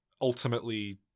ultimately